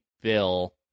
Bill